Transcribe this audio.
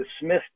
dismissed